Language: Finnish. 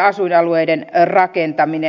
asuinalueiden rakentaminen